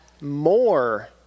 more